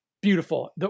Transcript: beautiful